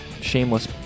shameless